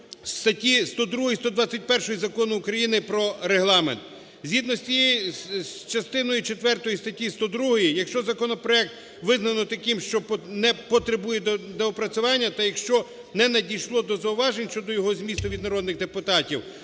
Згідно з частиною четвертою статті 102, якщо законопроект визнано таким, що не потребує доопрацювання та якщо не надійшло до зауважень щодо його змісту від народних депутатів,